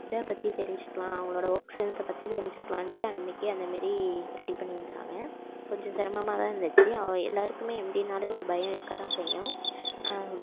இதை பற்றி தெரிஞ்சிக்கலாம் அவங்களோட ஒர்க் சென்ஸை பற்றி தெரிஞ்சிக்கலான்ட்டு அன்றைக்கே அந்த மாரி ரெடி பண்ணியிருந்தாங்க கொஞ்சம் சிரமமாகதான் இருந்துச்சு எல்லாருக்குமே எம்டின்னாலே ஒரு பயம் இருக்கதான் செய்யும்